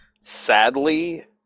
Sadly